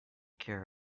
care